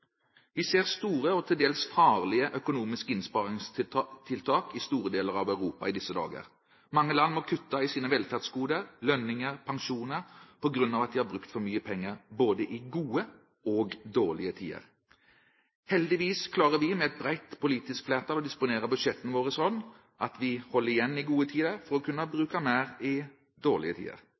vi høster av nå. Vi ser store og til dels farlige økonomiske innsparingstiltak i store deler av Europa i disse dager. Mange land må kutte i sine velferdsgoder, lønninger og pensjoner på grunn av at de har brukt for mye penger både i gode og dårlige tider. Heldigvis klarer vi med et bredt politisk flertall å disponere budsjettene våre slik at vi holder igjen i gode tider for å kunne bruke mer i